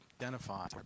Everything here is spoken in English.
identify